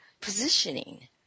positioning